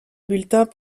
bulletin